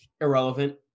Irrelevant